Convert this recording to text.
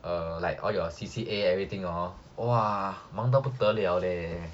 uh like all your C_C_A everything hor !wah! 忙到不得了 leh